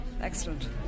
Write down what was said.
Excellent